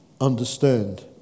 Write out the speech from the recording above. understand